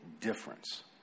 difference